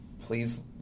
please